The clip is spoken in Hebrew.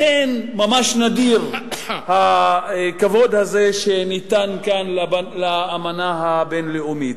לכן ממש נדיר הכבוד הזה שניתן כאן לאמנה הבין-לאומית.